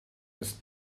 ist